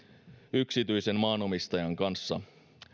yksityisen maaomistajan kanssa